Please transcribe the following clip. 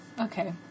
Okay